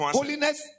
holiness